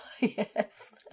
yes